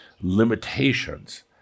limitations